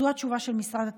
זו התשובה של משרד התקשורת.